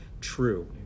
true